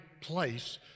place